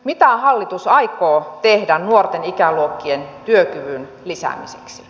mitä hallitus aikoo tehdä nuorten ikäluokkien työkyvyn lisäämiseksi